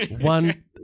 one